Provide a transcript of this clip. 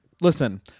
Listen